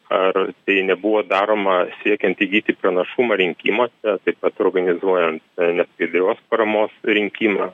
ar tai nebuvo daroma siekiant įgyti pranašumą rinkimuose taip pat organizuojan neskaidrios paramos rinkimą